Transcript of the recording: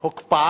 הוקפא